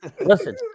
Listen